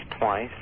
twice